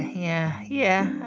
yeah, yeah.